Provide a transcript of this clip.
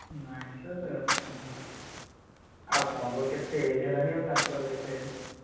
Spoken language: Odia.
ନାହିଁ ସାର୍ ଆପଣଙ୍କର କେତେ ଏଜ ହେଲାଣି ଆଉ ତାଙ୍କର କେତେ ଏଜ